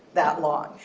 that long.